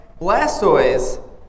Blastoise